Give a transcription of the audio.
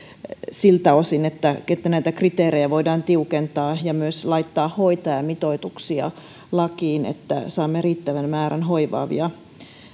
siltä osin että että näitä kriteerejä voidaan tiukentaa ja myös laittaa hoitajamitoituksia lakiin että saamme riittävän määrän hoivaavia